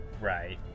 Right